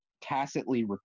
tacitly